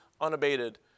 unabated